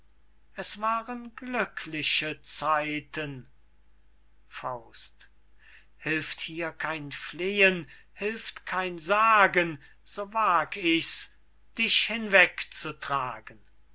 es waren glückliche zeiten hilft hier kein flehen hilft kein sagen so wag ich's dich hinweg